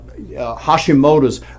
Hashimoto's